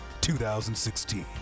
2016